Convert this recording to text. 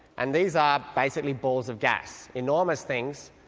and these are basically balls of gas, enormous things,